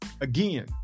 again